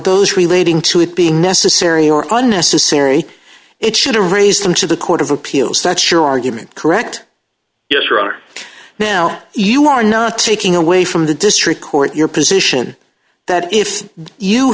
those relating to it being necessary or unnecessary it should have raised them to the court of appeals that's your argument correct yes rather now you are not taking away from the district court your position that if you